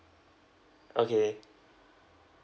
okay